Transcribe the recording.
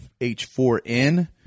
h4n